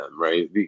right